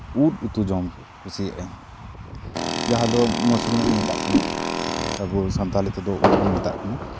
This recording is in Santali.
ᱩᱫ ᱩᱛᱩ ᱡᱚᱢ ᱠᱩᱥᱤᱭᱟᱜ ᱟᱹᱧ ᱡᱟᱦᱟᱸ ᱫᱚ ᱢᱟᱥᱨᱩᱢ ᱠᱚ ᱢᱮᱛᱟᱜ ᱠᱟᱱᱟ ᱟᱵᱚ ᱥᱟᱱᱛᱟᱲᱤ ᱛᱮᱫᱚ ᱩᱫ ᱵᱚᱱ ᱢᱮᱛᱟᱜ ᱠᱟᱱᱟ